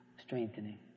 strengthening